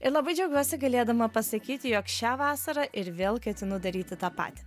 ir labai džiaugiuosi galėdama pasakyti jog šią vasarą ir vėl ketinu daryti tą patį